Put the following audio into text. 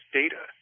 data